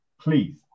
please